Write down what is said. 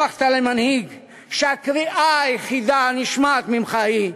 הפכת למנהיג שהקריאה היחידה הנשמעת ממך היא: